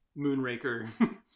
Moonraker